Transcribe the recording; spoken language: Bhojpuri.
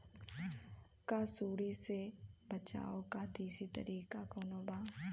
का सूंडी से बचाव क देशी तरीका कवनो बा?